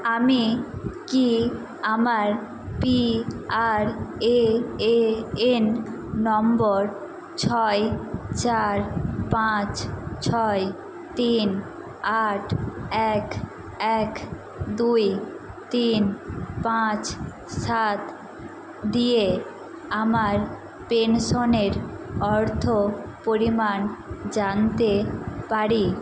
আমি কি আমার পিআরএএএন নম্বর ছয় চার পাঁচ ছয় তিন আট এক এক দুই তিন পাঁচ সাত দিয়ে আমার পেনশনের অর্থ পরিমাণ জানতে পারি